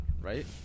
Right